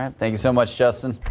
and thank you soe much justin.